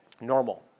normal